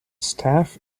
staff